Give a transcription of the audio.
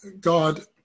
God